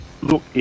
look